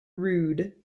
rude